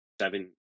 seven